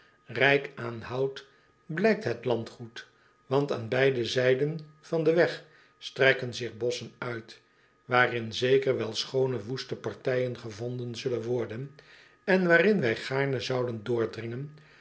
rijk aan hout blijkt het landgoed want aan beide zijden van den weg strekken zich bosschen uit waarin zeker wel schoone woeste partijen gevonden zullen worden en waarin wij gaarne zouden doordringen